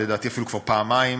לדעתי אפילו כבר פעמיים,